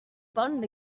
button